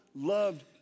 loved